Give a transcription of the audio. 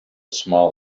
small